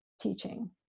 teaching